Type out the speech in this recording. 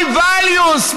high values,